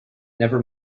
never